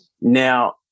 Now